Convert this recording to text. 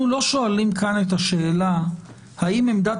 אנחנו לא שואלים כאן את השאלה האם עמדת